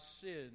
sin